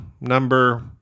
number